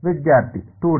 ವಿದ್ಯಾರ್ಥಿ 2 ಡಿ